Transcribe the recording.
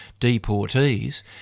deportees